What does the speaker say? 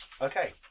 Okay